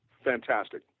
Fantastic